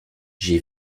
j’ai